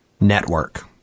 network